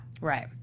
Right